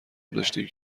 داشتیم